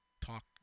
talk